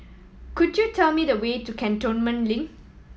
could you tell me the way to Cantonment Link